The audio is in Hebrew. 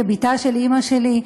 כבתה של אימא שלי,